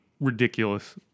ridiculous